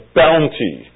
bounty